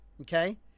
Okay